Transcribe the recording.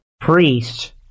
priest